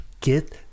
get